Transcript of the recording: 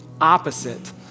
opposite